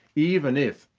even if,